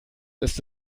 ist